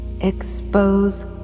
expose